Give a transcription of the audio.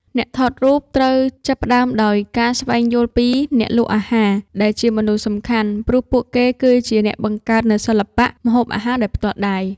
អ្នកថតរូបត្រូវចាប់ផ្ដើមដោយការស្វែងយល់ពី អ្នកលក់អាហារ ដែលជាមនុស្សសំខាន់ ព្រោះពួកគេគឺជាអ្នកបង្កើតនូវសិល្បៈម្ហូបអាហារដោយផ្ទាល់ដៃ។